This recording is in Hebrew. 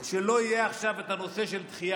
שלא יהיה עכשיו נושא של דחייה,